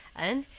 and,